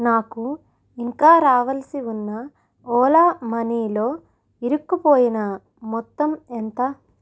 నాకు ఇంకా రావాల్సి ఉన్న ఓలా మనీలో ఇరుక్కుపోయిన మొత్తం ఎంత